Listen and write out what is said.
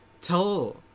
tell